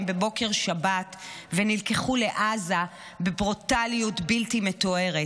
בבוקר שבת ונלקחו לעזה בברוטליות בלתי מתוארת,